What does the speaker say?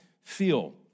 feel